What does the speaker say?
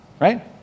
right